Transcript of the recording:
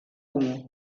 comú